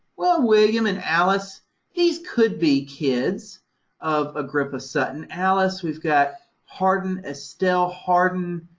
well, william and alice these could be kids of agrippa sutton. alice, we've got harden, estelle harden,